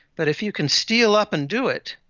but if you can steal up and do it,